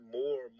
more